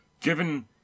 given